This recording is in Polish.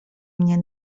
mnie